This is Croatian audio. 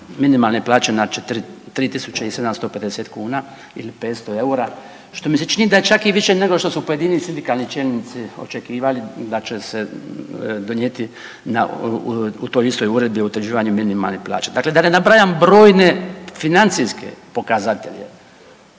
minimalne plaće na 3 tisuće 750 kuna ili 500 eura što mi se čini da je čak i više nego što su pojedini sindikalni čelnici očekivali da će se donijeti u toj istoj Uredbi o utvrđivanju minimalne plaće. Dakle, da ne nabrajam brojne financijske pokazatelje.